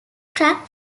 track